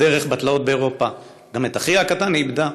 בדרך, בתלאות באירופה, גם את אחיה הקטן היא איבדה.